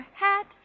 hat